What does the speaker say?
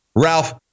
Ralph